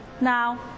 Now